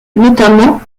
notamment